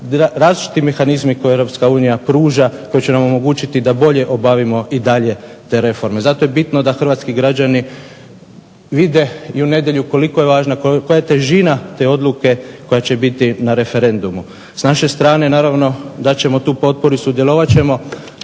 različiti mehanizmi koje EU pruža koji će nam omogućiti da bolje obavimo i dalje te reforme. Zato je bitno da hrvatski građani vide i u nedjelju koliko je važna i koja je težina te odluke koja će biti na referendumu. S naše strane naravno dat ćemo tu potporu i sudjelovat ćemo.